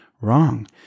wrong